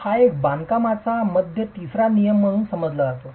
हा एक बांधकामाचा मध्य तिसरा नियम म्हणून समजला जातो